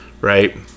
right